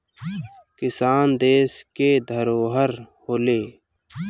किसान देस के धरोहर होलें